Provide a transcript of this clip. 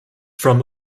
from